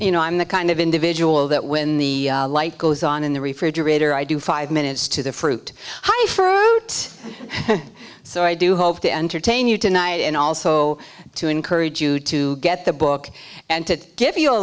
you know i'm the kind of individual that when the light goes on in the refrigerator i do five minutes to the fruit high fur route so i do hope to entertain you tonight and also to encourage you to get the book and to give you a